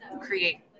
create